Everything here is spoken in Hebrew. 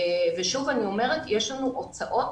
שוב אני אומרת שיש לנו הוצאות